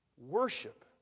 Worship